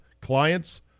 clients